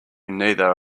neither